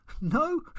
No